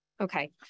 Okay